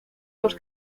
los